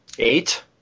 eight